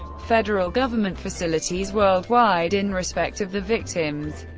federal government facilities worldwide in respect of the victims.